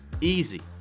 easy